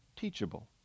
teachable